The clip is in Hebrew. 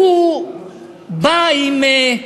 אהבה עם